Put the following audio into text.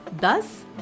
thus